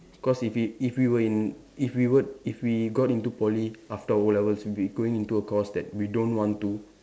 because if it if we were in if we would if we got into Poly after o-levels we will be going into a course we don't want to